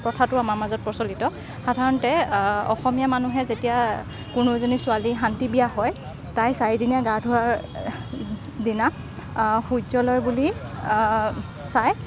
প্ৰথাটো আমাৰ মাজত প্ৰচলিত সাধাৰণতে অসমীয়া মানুহে যেতিয়া কোনো এজনী ছোৱালীৰ শান্তি বিয়া হয় তাই চাৰিদিনীয়া গা ধোৱাৰ দিনা সূৰ্যলৈ বুলি চাই